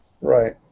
Right